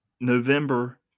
November